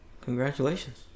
Congratulations